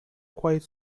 quite